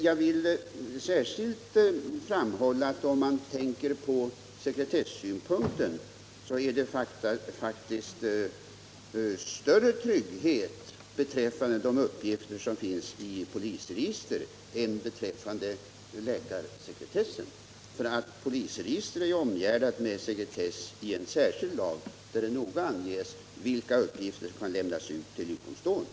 Jag vill emellertid särskilt framhålla att vad gäller sekretessynpunkten så föreligger större säkerhet beträffande de uppgifter som finns i polisregistren än vad som är fallet i samband med läkarsekretessen. Polisregistren är omgärdade med sekretess genom en särskild lag, där det noga anges vilka uppgifter som kan lämnas ut till utomstående.